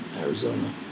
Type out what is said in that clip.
Arizona